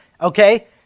Okay